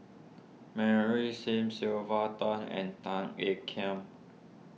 Mary Sim Sylvia Tan and Tan Ean Kiam